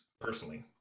personally